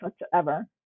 whatsoever